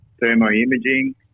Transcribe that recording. thermo-imaging